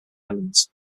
islands